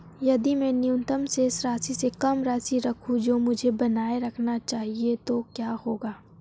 यदि मैं न्यूनतम शेष राशि से कम राशि रखूं जो मुझे बनाए रखना चाहिए तो क्या होगा?